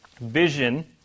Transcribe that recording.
vision